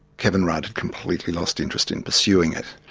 kevin rudd had completely lost interest in pursuing it.